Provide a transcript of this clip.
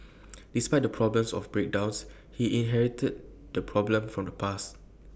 despite the problems of breakdowns he inherited the problem from the past